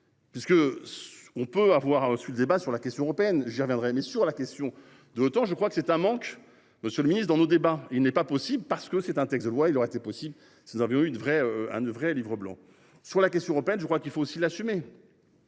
que on peut avoir, a reçu le débat sur la question européenne. J'y reviendrai, mais sur la question de l'OTAN. Je crois que c'est un manque. Monsieur le Ministre, dans nos débats. Il n'est pas possible parce que c'est un texte de loi, il aurait été possible si nous avions une vraie hein devrait Livre blanc sur la question européenne. Je crois qu'il faut aussi l'assumer.